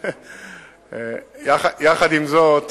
עם זאת,